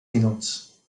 minuts